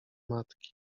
matki